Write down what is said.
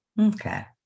Okay